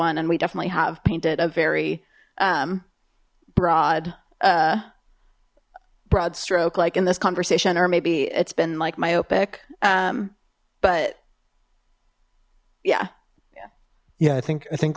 one and we definitely have painted a very broad broad stroke like in this conversation or maybe it's been like myopic but yeah yeah yeah i think i think